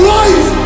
life